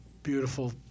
Beautiful